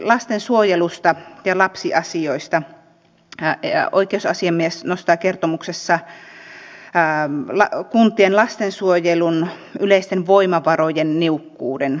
lastensuojelusta ja lapsiasioista oikeusasiamies nostaa kertomuksessa kuntien lastensuojelun yleisten voimavarojen niukkuuden